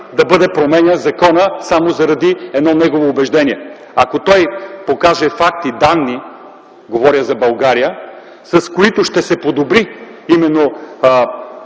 да бъде променян законът само, заради едно негово убеждение. Ако той покаже факти и данни, говоря за България, с които ще се подобри именно